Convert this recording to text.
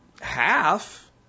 half